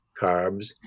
carbs